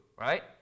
right